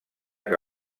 que